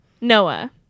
Noah